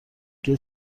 دیگه